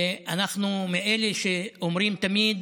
אנחנו מאלה שאומרים תמיד,